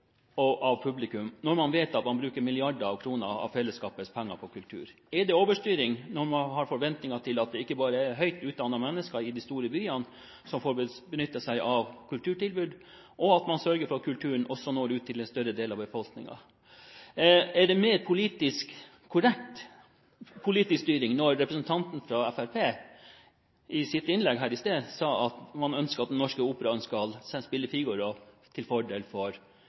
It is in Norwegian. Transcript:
folket og publikum, når man vet at man bruker milliarder av kroner av fellesskapets penger på kultur? Er det overstyring når man har forventninger til at det ikke bare er høyt utdannete mennesker i de store byene som får benytte seg av kulturtilbud, men sørger for at kulturen også når ut til en større del av befolkningen? Er det mer politisk korrekt styring når representanten fra Fremskrittspartiet i sitt innlegg her i stad sa at man ønsker at Den Norske Opera heller skal spille